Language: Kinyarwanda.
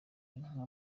inka